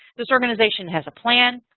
this organization has a plan.